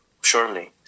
surely